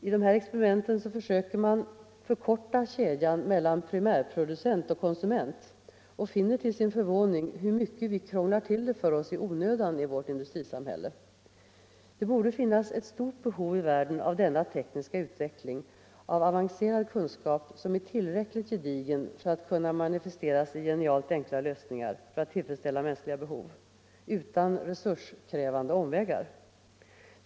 I dessa experiment försöker man förkorta kedjan mellan primärproducent och konsument och finner till sin förvåning hur mycket vi krånglar till det för oss i onödan i vårt industrisamhälle. Det borde finnas ett stort behov i världen av denna tekniska utveckling, av avancerad kunskap som är tillräckligt gedigen för att kunna manifesteras i genialt enkla lösningar för att tillfredsställa mänskliga behov utan resurskrävande omvägar.